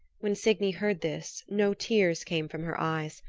when signy heard this no tears came from her eyes,